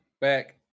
back